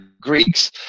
Greeks